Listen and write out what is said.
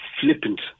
flippant